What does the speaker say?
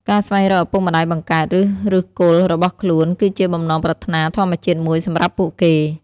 ការស្វែងរកឪពុកម្ដាយបង្កើត ឬឫសគល់របស់ខ្លួន គឺជាបំណងប្រាថ្នាធម្មជាតិមួយសម្រាប់ពួកគេ។